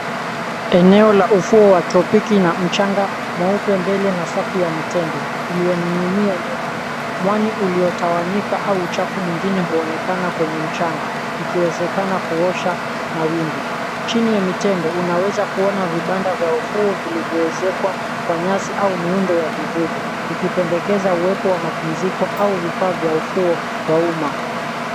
Eneo la ufuo wa tropiki na mchanga mweupe mbele na safu ya mitende iliyoning'inia nyuma. Mwani uliotawanyika au uchafu mwingine huonekana kwenye mchanga ikiwezekana kuosha mawimbi. Chini ya mitende unaweza kuona vibanda vya ufuo vilivyoezekwa kwa nyasi au miundo ya vivuli, ikipendekeza uwepo wa mapumziko au vifaa vya ufuo wa umma.